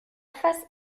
face